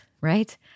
right